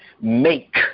make